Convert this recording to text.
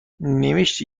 نوشتی